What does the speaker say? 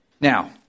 Now